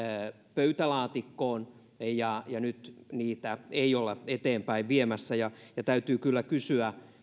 pöytälaatikkoon ja ja nyt niitä ei olla eteenpäin viemässä ja ja täytyy kyllä kysyä